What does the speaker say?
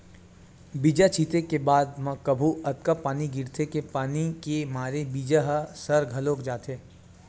बीजा छिते के बाद म कभू अतका पानी गिरथे के पानी के मारे बीजा ह सर घलोक जाथे